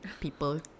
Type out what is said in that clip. People